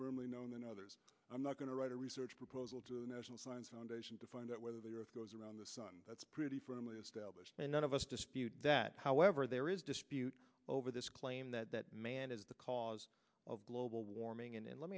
firmly known than others i'm not going to write a research proposal to the national science foundation to find out whether the earth goes around the sun that's pretty firmly established that none of us dispute that however there is dispute over this claim that man is the cause of global warming and